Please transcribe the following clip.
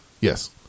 Yes